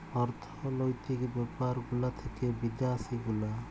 অর্থলৈতিক ব্যাপার গুলা থাক্যে বিদ্যাসি গুলা